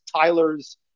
Tyler's